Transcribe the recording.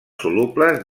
solubles